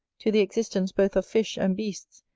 to the existence both of fish and beasts,